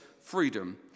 freedom